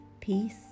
peace